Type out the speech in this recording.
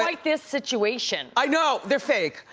quite this situation. i know, they're fake,